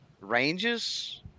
ranges